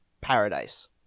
paradise